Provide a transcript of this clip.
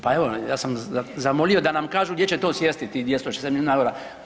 Pa evo ja sam zamolio da nam kažu gdje će to sjesti tih 260 milijuna EUR-a.